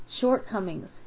shortcomings